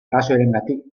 arrazoirengatik